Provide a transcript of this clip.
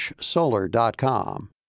solar.com